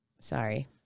Sorry